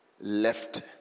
left